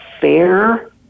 fair